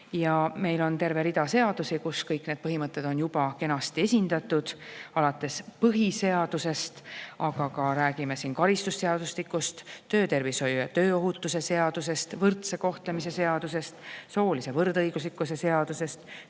Ja meil on terve rida seadusi, kus kõik need põhimõtted on juba kenasti esindatud, alates põhiseadusest, aga räägime ka karistusseadustikust, töötervishoiu ja tööohutuse seadusest, võrdse kohtlemise seadusest, soolise võrdõiguslikkuse seadusest,